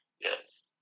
Yes